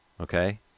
Okay